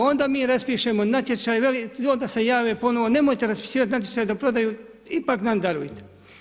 Onda mi raspišemo natječaj, onda se jave ponovo, nemojte raspisivati natječaj za prodaju, ipak nam darujte.